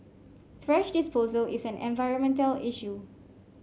thrash disposal is an environmental issue